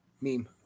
meme